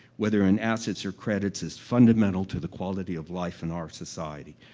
whether in assets or credits, is fundamental to the quality of life in our society.